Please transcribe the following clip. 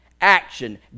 Action